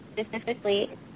specifically